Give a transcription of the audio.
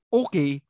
okay